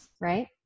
right